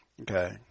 Okay